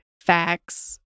facts